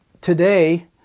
today